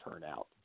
turnout